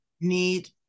need